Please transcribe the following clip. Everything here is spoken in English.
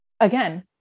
again